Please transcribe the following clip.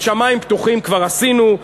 את "שמים פתוחים" כבר עשינו,